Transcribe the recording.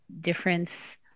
difference